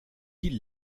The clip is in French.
ils